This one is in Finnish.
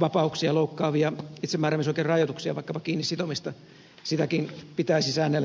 vapauksia loukkaavia itsemääräämisoikeuden rajoituksia vaikkapa kiinni sitomista pitäisi säännellä tarkemmin lainsäädännössä